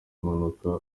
n’abagize